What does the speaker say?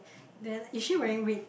then is she wearing red